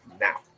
now